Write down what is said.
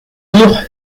durent